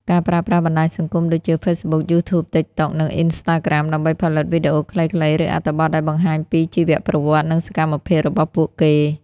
ការប្រើប្រាស់បណ្ដាញសង្គមដូចជា ហ្វេសប៊ុក យូធូប ទីកតុក និងអុីនស្រ្តាក្រាម ដើម្បីផលិតវីដេអូខ្លីៗ ឬអត្ថបទដែលបង្ហាញពីជីវប្រវត្តិ និងសកម្មភាពរបស់ពួកគេ។